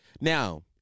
Now